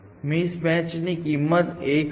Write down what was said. મિસમેચની કિંમત 1 હશે